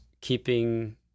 keeping